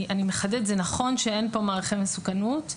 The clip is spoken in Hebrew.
אני מחדדת, זה נכון שאין פה מעריכי מסוכנות,